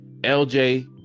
LJ